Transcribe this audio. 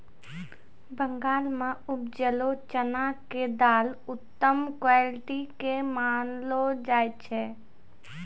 बंगाल मॅ उपजलो चना के दाल उत्तम क्वालिटी के मानलो जाय छै